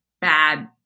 bad